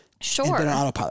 Sure